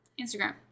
Instagram